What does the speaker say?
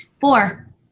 Four